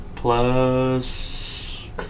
Plus